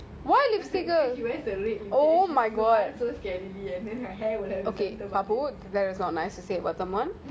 why do you snicker oh my god